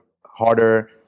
harder